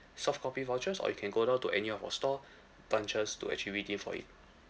soft copy vouchers or you can go down to any of our store branches to actually redeem for it